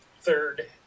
third